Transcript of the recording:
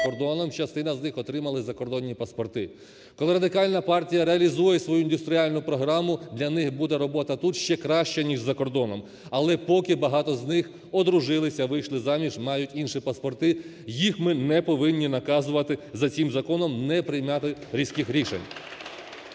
частина з них отримали закордонні паспорти. Коли Радикальна партія реалізує свою індустріальну програму, для них буде робота тут ще краща, ніж за кордоном, але поки багато з них одружилися, вийшли заміж, мають інші паспорти, їх ми не повинні наказувати, за цим законом не приймати різких рішень.